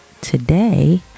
today